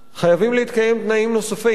חייבים להתקיים תנאים נוספים,